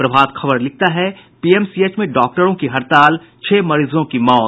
प्रभात खबर लिखता है पीएमसीएच में डॉक्टरों की हड़ताल छह मरीजों की मौत